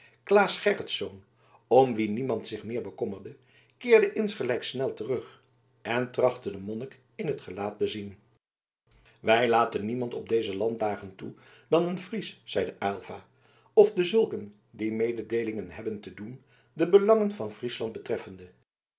claes gerritsz om wien niemand zich meer bekommerde keerde insgelijks snel terug en trachtte den monnik in t gelaat te zien wij laten niemand op onze landdagen toe dan een fries zeide aylva of dezulken die mededeelingen hebben te doen de belangen van friesland betreffende